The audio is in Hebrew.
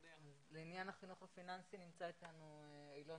לעניין החינוך הפיננסי נמצא אתנו איילון